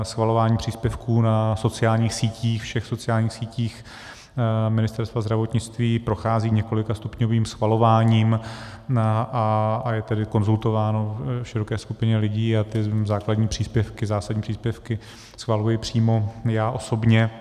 Schvalování příspěvků na sociálních sítích, všech sociálních sítích Ministerstva zdravotnictví, prochází několikastupňovým schvalováním, a je tedy konzultováno v široké skupině lidí a ty základní příspěvky, zásadní příspěvky, schvaluji přímo já osobně.